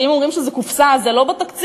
שאם אומרים שזה קופסה אז זה לא בתקציב?